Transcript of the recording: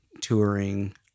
touring